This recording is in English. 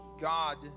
God